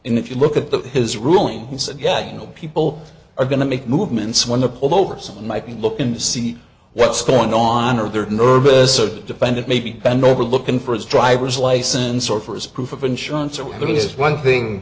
and if you look at the his ruling he said yeah you know people are going to make movements when the pull over someone might be looking to see what's going on or they're nervous so dependent maybe bend over looking for his driver's license or for his proof of insurance